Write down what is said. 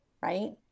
Right